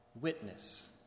witness